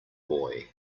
boy